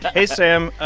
hey, sam.